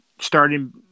starting